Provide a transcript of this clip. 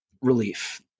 relief